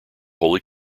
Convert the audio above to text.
holy